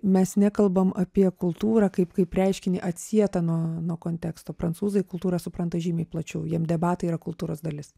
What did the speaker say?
mes nekalbam apie kultūrą kaip kaip reiškinį atsietą nuo nuo konteksto prancūzai kultūrą supranta žymiai plačiau jam debatai yra kultūros dalis